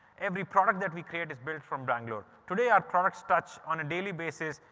every product that we create is built from bangalore. today, our product touch, on a daily basis,